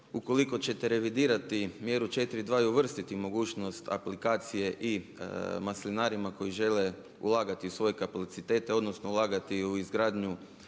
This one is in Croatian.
ukoliko ćete revidirati mjeru 4.2. i uvrstiti mogućnost aplikacije i maslinarima koji žele ulagati u svoje kapacitete, odnosno ulagati u izgradnju